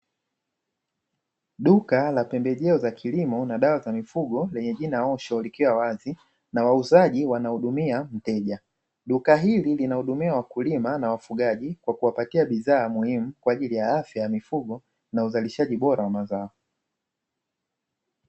Duka la pembejeo za kilimo na dawa za mifugo lenye jina "Osho", likiwa wazi na wauzaji wanahudumia mteja. Duka hili linahudumia wakulima na wafugaji kwa kuwapatia bidhaa muhimu kwa ajili ya afya ya mifugo na uzalishaji bora wa mazao.